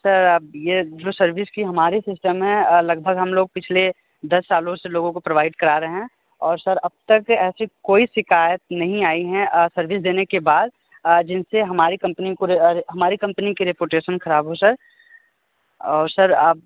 sir अब ये जो सर्विस की हमारी सिस्टम है लगभग हम लोग पिछले दस सालों से लोगो को प्रोवाइड करा रहे हैं और सर अब तक ऐसी कोई शिकायत नहीं आई है सर्विस देने के बाद जिनसे हमारी कम्पनी को हमारी कम्पनी की रेपुटेशन ख़राब हो सर और सर अब